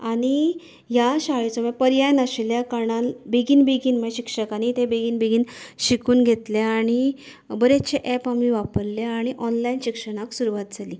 आनी ह्या शाळेचो पर्याय नाशिल्ल्या कारणान बेगीन बेगीन शिक्षकानी तें बेगीन बेगीन शिकून घेतलें आणी बरेंचशे एप आमी वापरलें आनी ऑनलायन शिक्षणाक सुरवात जाली